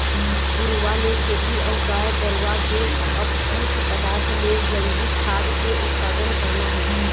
घुरूवा ले खेती अऊ गाय गरुवा के अपसिस्ट पदार्थ ले जइविक खाद के उत्पादन करना हे